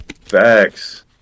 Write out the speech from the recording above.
facts